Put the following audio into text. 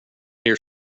near